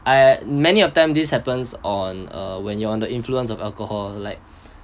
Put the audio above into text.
I many of them this happens on uh when you're on the influence of alcohol like